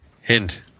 Hint